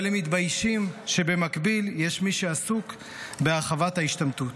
אבל הם מתביישים שבמקביל יש מי שעסוק בהרחבת ההשתמטות.